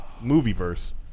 movie-verse